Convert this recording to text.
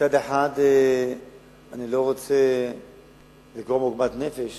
מצד אחד, אני לא רוצה לגרום עוגמת נפש